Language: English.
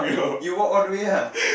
you walk all the way ah